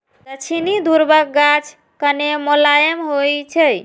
दक्षिणी ध्रुवक गाछ कने मोलायम होइ छै